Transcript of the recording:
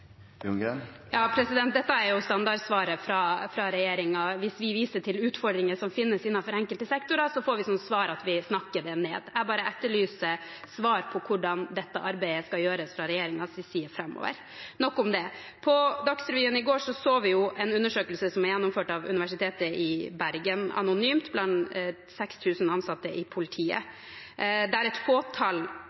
Dette er jo standardsvaret fra regjeringen. Hvis vi viser til utfordringer som finnes innenfor enkelte sektorer, får vi som svar at vi snakker det ned. Jeg bare etterlyser svar på hvordan dette arbeidet skal gjøres fra regjeringens side framover. Nok om det. På Dagsrevyen i går så vi en undersøkelse som er gjennomført av Universitetet i Bergen, anonymt blant 6 000 ansatte i politiet, der et